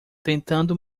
tentando